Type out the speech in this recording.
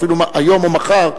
אפילו היום או מחר,